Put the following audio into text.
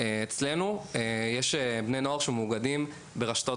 אצלנו יש בני נוער שמאוגדים ברשתות